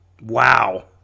Wow